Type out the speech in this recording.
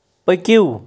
پٔکِو